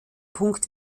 punkt